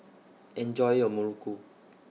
Enjoy your Muruku